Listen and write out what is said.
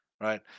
Right